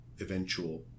eventual